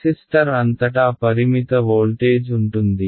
resistor అంతటా పరిమిత voltage ఉంటుంది